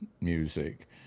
music